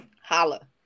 Holla